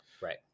Right